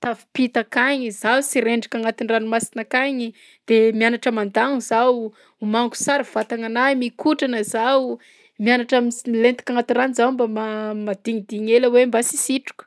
tafampita akagny, zaho sy rendrika agnatin'ny ranomasina akagny, de mianatra mandagno zaho, omaniko sara vatagnanahy, mikotrana zaho, mianatra mis- milentika agnaty rano zaho mba ma- madinidiny ela hoe mba sy hisitroka.